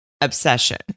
Obsession